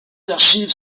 archives